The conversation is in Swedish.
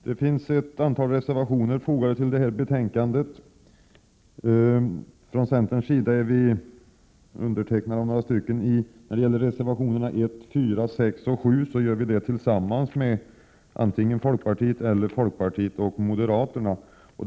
Herr talman! Ett antal reservationer är fogade vid detta betänkande. Några av dessa är undertecknade av centerpartiledamöter. Reservationerna 1,4, 6 och 7 har vi undertecknat tillsammans med antingen ledamöter från folkpartiet eller ledamöter från folkpartiet och moderata samlingspartiet.